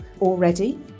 already